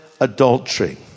adultery